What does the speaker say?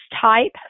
type